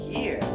Year